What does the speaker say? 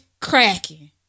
cracking